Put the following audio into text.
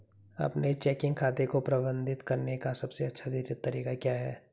अपने चेकिंग खाते को प्रबंधित करने का सबसे अच्छा तरीका क्या है?